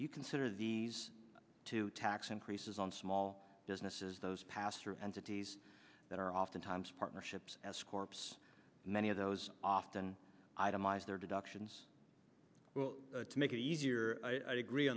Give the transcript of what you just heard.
you consider these two tax increases on small businesses those pass through entities that are oftentimes partnerships as corpse many of those often itemize their deductions to make it easier